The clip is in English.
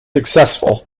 successful